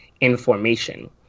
information